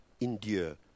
endure